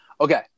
Okay